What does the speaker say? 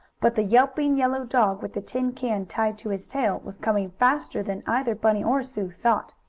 but the yelping, yellow dog, with the tin can tied to his tail, was coming faster than either bunny or sue thought.